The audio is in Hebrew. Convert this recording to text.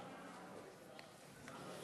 גברתי